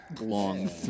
Long